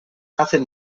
hacen